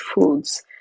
foods